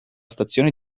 stazione